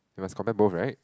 you must compare both right